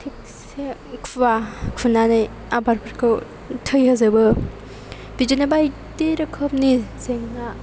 थिगसे खुवा खुनानै आबादफोरखौ थैहोजोबो बिदिनो बायदि रोखोमनि जेंना